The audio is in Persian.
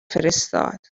فرستاد